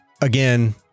Again